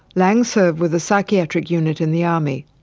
laing served with the psychiatric unit in the army,